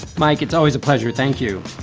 mike, it's always a pleasure. thank you